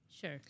Sure